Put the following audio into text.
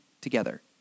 together